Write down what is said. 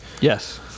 yes